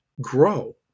grow